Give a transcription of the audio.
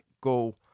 go